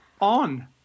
on